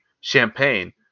champagne